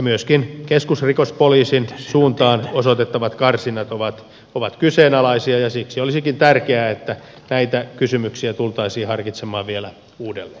myöskin keskusrikospoliisin suuntaan osoitettavat karsinnat ovat kyseenalaisia ja siksi olisikin tärkeää että näitä kysymyksiä tultaisiin harkitsemaan vielä uudelleen